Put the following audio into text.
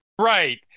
Right